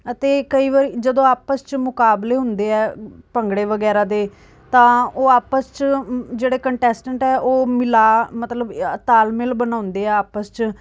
ਅਤੇ ਕਈ ਵਾਰ ਜਦੋਂ ਆਪਸ ਮੁਕਾਬਲੇ ਹੁੰਦੇ ਹੈ ਭੰਗੜੇ ਵਗੈਰਾ ਦੇ ਤਾਂ ਉਹ ਆਪਸ 'ਚ ਜਿਹੜੇ ਕੰਟੈਸਟੈਂਟ ਹੈ ਉਹ ਮਿਲਾ ਮਤਲਬ ਤਾਲਮੇਲ ਬਣਾਉਂਦੇ ਹੈ ਆਪਸ 'ਚ